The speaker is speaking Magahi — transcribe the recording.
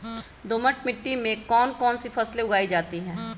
दोमट मिट्टी कौन कौन सी फसलें उगाई जाती है?